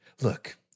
look